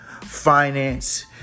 finance